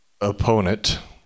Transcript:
opponent